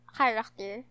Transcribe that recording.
character